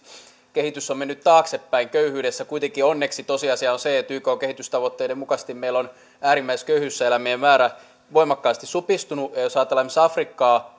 kehitys on mennyt taaksepäin köyhyydessä kuitenkin onneksi tosiasia on se että ykn kehitystavoitteiden mukaisesti meillä on äärimmäisköyhyydessä elävien määrä voimakkaasti supistunut jos ajatellaan esimerkiksi afrikkaa